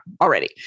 already